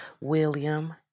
William